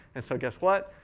and so guess what?